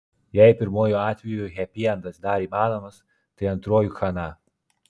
jei pirmuoju atveju hepiendas dar įmanomas tai antruoju chana